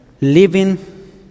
Living